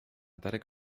darek